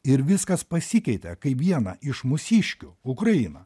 ir viskas pasikeitė kai vieną iš mūsiškių ukrainą